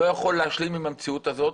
לא יכול להשלים עם המציאות הזאת,